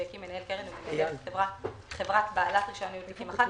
שהקים מנהל קרן ומנהלת חברה בעלת רישיון ניהול תיקים אחת,